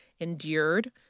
endured